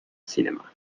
cinema